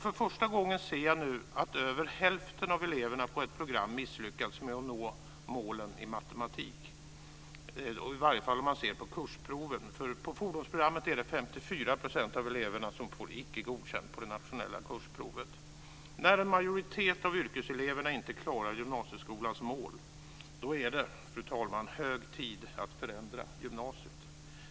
För första gången ser jag nu att över hälften av eleverna på ett program misslyckats med att nå målen i matematik, i alla fall om man ser på kursproven. På fordonsprogrammet är det 54 % av eleverna som får Icke godkänd på det nationella kursprovet. När en majoritet av yrkeseleverna inte klarar gymnasieskolans mål är det, fru talman, hög tid att förändra gymnasiet.